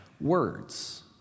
Words